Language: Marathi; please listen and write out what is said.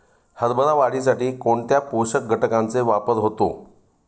हरभरा वाढीसाठी कोणत्या पोषक घटकांचे वापर होतो?